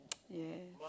yes